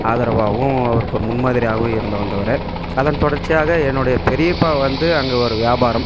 ஆதரவாகவும் அவருக்கு முன்மாதிரியாகவும் இருந்து வந்தவர் அதன் தொடர்ச்சியாக என்னுடைய பெரியப்பா வந்து அங்கே ஒரு வியாபாரம்